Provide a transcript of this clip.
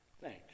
Thanks